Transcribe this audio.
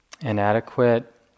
inadequate